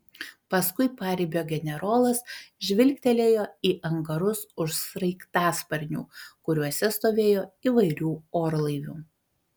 paskui paribio generolas žvilgtelėjo į angarus už sraigtasparnių kuriuose stovėjo įvairių orlaivių